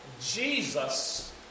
Jesus